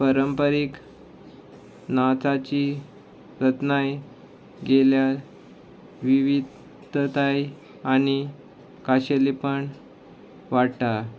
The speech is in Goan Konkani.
परंपारीक नाचाची रत्नाय गेल्यार विविधताय आनी खाशेलपण वाडटा